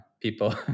people